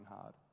hard